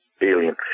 alien